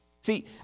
See